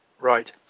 Right